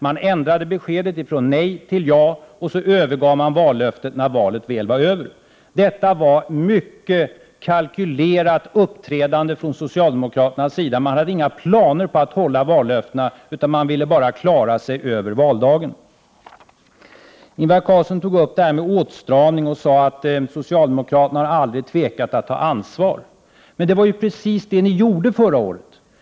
Man ändrade beskedet från nej till ja och övergav vallöftet när valet väl var över. Detta var ett mycket kalkylerat uppträdande från socialdemokraternas sida. De hade inga planer på att hålla vallöftena, utan de ville bara klara sig över valdagen. Ingvar Carlsson tog upp åtstramningen och sade att socialdemokraterna aldrig har tvekat att ta ansvar. Men det var precis det ni gjorde förra året.